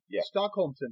Stockholm